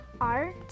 art